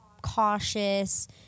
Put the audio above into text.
cautious